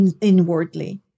inwardly